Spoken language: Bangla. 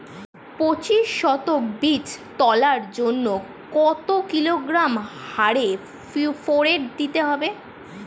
পঁচিশ শতক বীজ তলার জন্য কত কিলোগ্রাম হারে ফোরেট দিতে হবে?